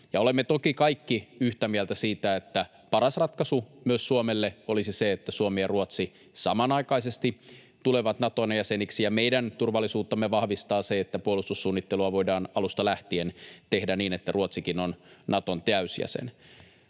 Olemme toki kaikki yhtä mieltä siitä, että paras ratkaisu myös Suomelle olisi se, että Suomi ja Ruotsi samanaikaisesti tulevat Naton jäseniksi, ja meidän turvallisuuttamme vahvistaa se, että puolustussuunnittelua voidaan alusta lähtien tehdä niin, että Ruotsikin on Naton täysjäsen.